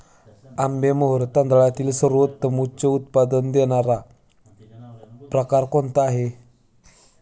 आंबेमोहोर तांदळातील सर्वोत्तम उच्च उत्पन्न देणारा प्रकार कोणता आहे?